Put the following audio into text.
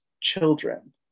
children